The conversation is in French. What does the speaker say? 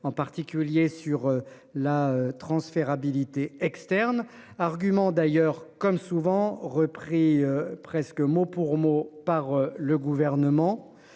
en particulier sur la transférabilité externe argument d'ailleurs comme souvent repris presque mot pour mot par le gouvernement.